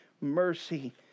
mercy